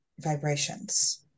vibrations